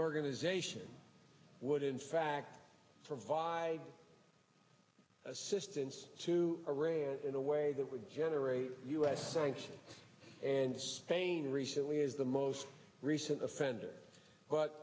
organization would in fact provide assistance to arrange in a way that would generate u s sanctions and spain recently is the most recent offender but